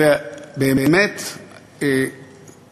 זו באמת מלחמה.